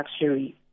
luxury